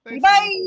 bye